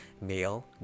male